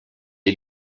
est